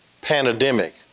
pandemic